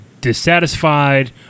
dissatisfied